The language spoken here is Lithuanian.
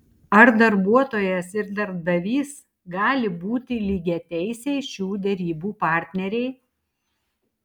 ar darbuotojas ir darbdavys gali būti lygiateisiai šių derybų partneriai